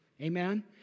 Amen